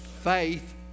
Faith